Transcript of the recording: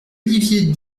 olivier